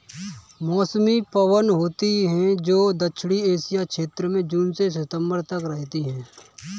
मौसमी पवन होती हैं, जो दक्षिणी एशिया क्षेत्र में जून से सितंबर तक रहती है